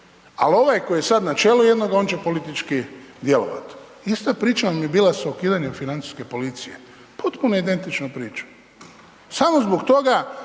a ovaj koji je sada načelu, jednoga on će politički djelovati. Ista priča vam je bila s ukidanjem financijske policije, potpuno identična priča. Samo zbog toga,